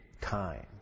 time